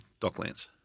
Docklands